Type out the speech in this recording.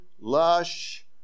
lush